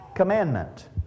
Commandment